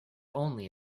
only